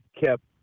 kept